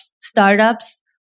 startups